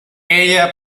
ella